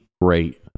great